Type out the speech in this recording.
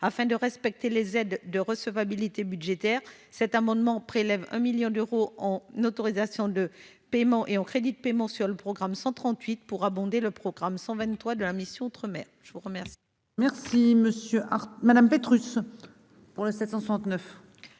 Afin de respecter les règles de recevabilité budgétaire, cet amendement tend à prélever 1 million d'euros en autorisations d'engagement et en crédits de paiement sur le programme 138 pour abonder le programme 123 de la mission « Outre-mer ». L'amendement